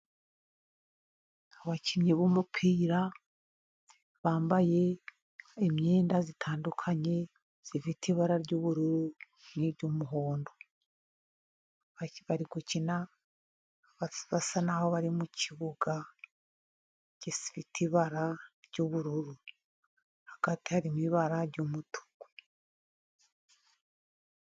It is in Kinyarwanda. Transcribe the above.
Abakinnyi b'umupira bambaye imyenda itandukanye, ifite ibara ry'ubururu n'iry'umuhondo. Bari gukina basa naho bari mu kibuga gifite ibara ry'ubururu ,hagati harimo ibara ry'umutuku.